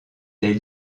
des